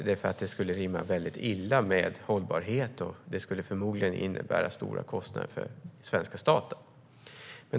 Det skulle rimma mycket illa med hållbarhet och skulle förmodligen innebära stora kostnader för svenska staten.